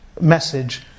message